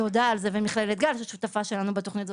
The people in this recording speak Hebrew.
ותודה על זה --- שאת שותפה שלנו בתוכנית הזאת.